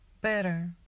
better